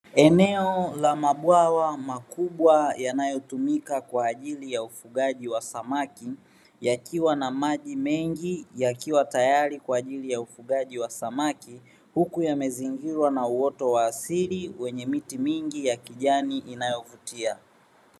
Eneo la mabwawa makubwa, yanayotumika kwa ajili ya ufugaji wa samaki, yakiwa na maji mengi, yakiwa tayari kwa ajili ya ufugaji wa samaki. Huku yamezingirwa na uoto wa asili, wenye miti mingi ya kijani inayo vutia.